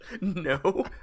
no